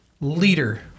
leader